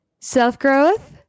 self-growth